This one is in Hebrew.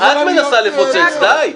את מנסה לפוצץ, די.